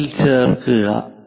തമ്മിൽ ചേർക്കുക